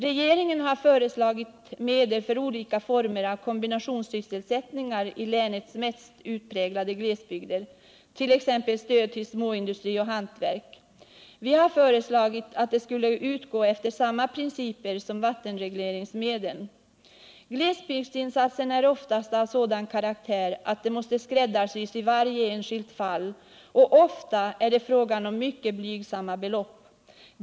Regeringen har föreslagit medel för olika former av kombinationssysselsättningar i länets mest utpräglade glesbygder, t.ex. stöd till småindustri och hantverk. Vi har föreslagit att medlen skulle utgå efter samma principer som vattenregleringsmedlen. Glesbygdsinsatserna är oftast av sådan karaktär att de måste skräddarsys i varje enskilt fall, och ofta är det fråga om blygsamma belopp.